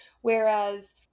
whereas